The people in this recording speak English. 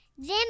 Jim